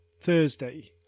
Thursday